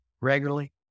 regularly